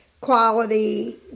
quality